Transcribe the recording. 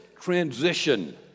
transition